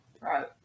Right